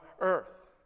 earth